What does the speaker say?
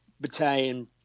Battalion